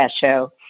Show